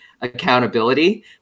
accountability